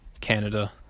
Canada